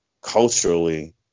culturally